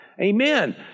Amen